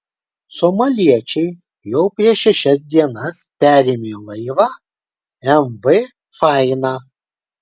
somaliečiai jau prieš šešias dienas perėmė laivą mv faina